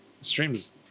stream's